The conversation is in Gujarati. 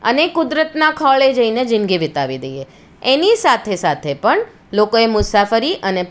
અને કુદરતના ખોળે જઈને જિંદગી વિતાવી દઈએ એની સાથે સાથે પણ લોકોએ મુસાફરી અને